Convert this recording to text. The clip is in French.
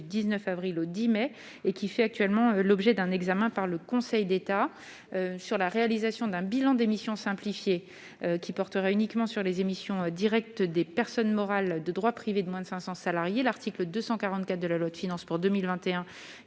le Conseil d'État sur la réalisation d'un bilan d'émissions simplifié qui portera uniquement sur les émissions en Direct des personnes morales de droit privé de moins de 500 salariés, l'article 244 de la loi de finances pour 2021,